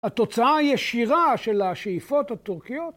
התוצאה הישירה של השאיפות הטורקיות